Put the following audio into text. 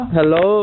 Hello